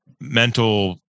mental